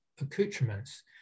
accoutrements